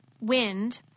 Wind